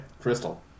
Crystal